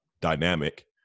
dynamic